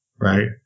right